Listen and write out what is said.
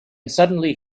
suddenly